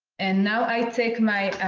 and now i'm taking my